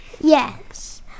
Yes